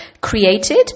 created